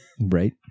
Right